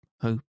hope